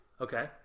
okay